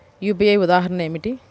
UPI ఉదాహరణ ఏమిటి?